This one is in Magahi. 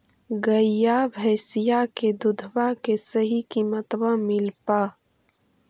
गईया भैसिया के दूधबा के सही किमतबा मिल पा?